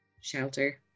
shelter